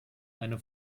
eine